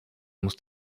muss